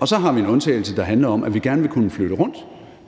og så har vi en undtagelse, der handler om, at vi gerne vil kunne flytte noget rundt,